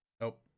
nope